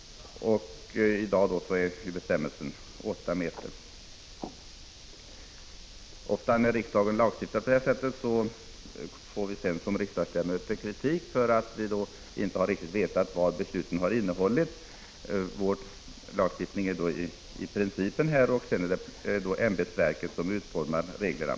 Det mått som gäller i dag är 8 m fasadhöjd. Ofta när riksdagen lagstiftar på detta sätt får vi sedan som riksdagsledamöter kritik för att vi inte riktigt har fattat vad besluten har innehållit. Vi lagstiftar om principen, och ämbetsverken utformar sedan reglerna.